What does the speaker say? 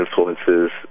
influences